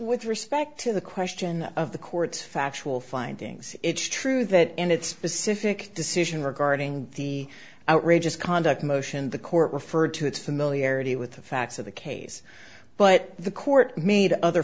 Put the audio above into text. with respect to the question of the court's factual findings it's true that in its pacific decision regarding the outrageous conduct motion the court referred to its familiarity with the facts of the case but the court made other